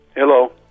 Hello